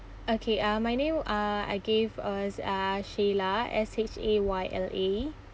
okay uh my name uh I gave us uh shayla S H A Y L A